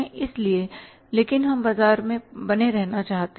इसलिए लेकिन हम बाजार में बने रहना चाहते हैं